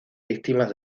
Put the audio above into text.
víctimas